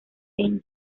sean